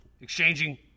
exchanging